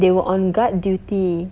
they were on guard duty